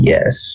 Yes